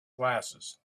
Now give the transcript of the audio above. glasses